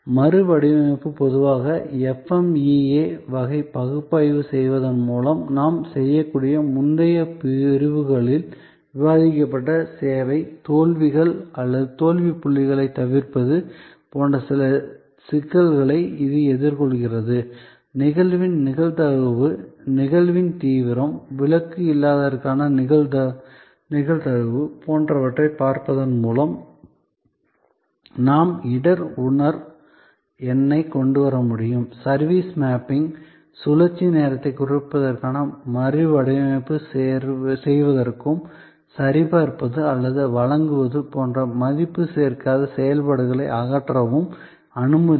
மறுவடிவமைப்பு பொதுவாக FMEA வகை பகுப்பாய்வு செய்வதன் மூலம் நாம் செய்யக்கூடிய முந்தைய பிரிவுகளில் விவாதிக்கப்பட்ட சேவை தோல்விகள் அல்லது தோல்வி புள்ளிகளைத் தவிர்ப்பது போன்ற சிக்கல்களை இது எதிர்கொள்கிறது நிகழ்வின் நிகழ்தகவு நிகழ்வின் தீவிரம் விலக்கு இல்லாததற்கான நிகழ்தகவு போன்றவற்றைப் பார்ப்பதன் மூலம் நாம் இடர் உணர் எண்ணைக் கொண்டு வர முடியும் சர்வீஸ் மேப்பிங் சுழற்சி நேரத்தைக் குறைப்பதற்காக மறுவடிவமைப்பு செய்வதற்கும் சரிபார்ப்பது அல்லது வழங்குவது போன்ற மதிப்பு சேர்க்காத செயல்பாடுகளை அகற்றவும் அனுமதிக்கும்